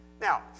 Now